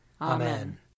Amen